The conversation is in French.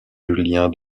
julien